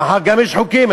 מחר גם יש חוקים?